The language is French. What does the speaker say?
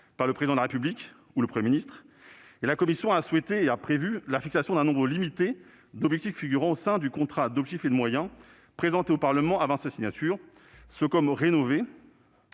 par le Président de la République ou le Premier ministre. La commission a donc prévu la fixation d'un nombre limité d'objectifs figurant au sein du contrat d'objectifs et de moyens (COM), présenté au Parlement avant sa signature. Ce COM rénové